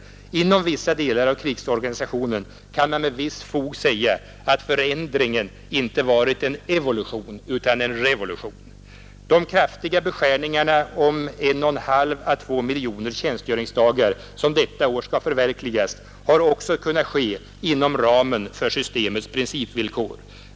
Inom vissa delar av krigsorganisationen kan man med visst fog säga att förändringen inte varit en evolution utan en revolution. De kraftiga begränsningarna om 1,5 å 2 miljoner tjänstgöringsdagar, som detta år skall förverkligas, har också kunnat ske inom ramen för systemets principvillkor.